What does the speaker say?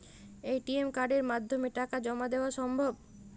ATM কার্ডের মাধ্যমে টাকা জমা দেওয়া সম্ভব?